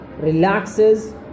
relaxes